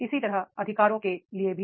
इसी तरह अधिकारों के लिए भी